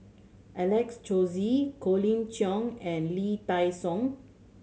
Alex Josey Colin Cheong and Lee Dai Soh